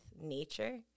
nature